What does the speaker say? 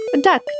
Duck